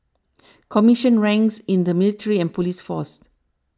commissioned ranks in the military and police force